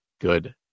Good